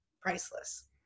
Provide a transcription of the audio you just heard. priceless